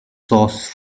sauce